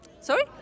sorry